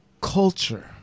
culture